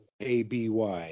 ABY